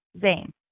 Zane